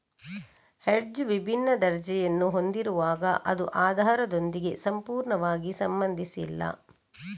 hedge ವಿಭಿನ್ನ ದರ್ಜೆಯನ್ನು ಹೊಂದಿರುವಾಗ ಅದು ಆಧಾರದೊಂದಿಗೆ ಸಂಪೂರ್ಣವಾಗಿ ಸಂಬಂಧಿಸಿಲ್ಲ